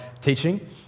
teaching